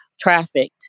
Trafficked